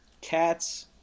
cats